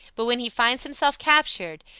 but when he finds himself captured,